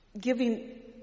giving